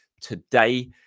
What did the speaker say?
today